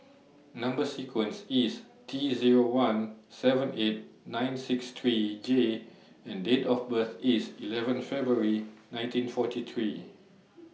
Number sequence IS T Zero one seven eight nine six three J and Date of birth IS eleven February nineteen forty three